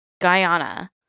Guyana